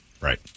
Right